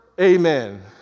Amen